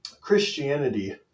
Christianity